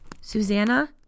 Susanna